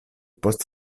post